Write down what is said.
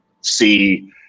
see